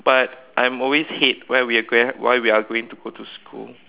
but I'm always hate why we are grow why we are going to go to school